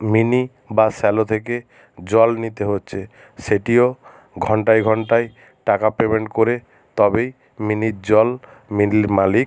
mini বা shallow থেকে জল নিতে হচ্ছে সেটিও ঘন্টায় ঘন্টায় টাকা পেমেন্ট করে তবেই মিনির জল মিনির মালিক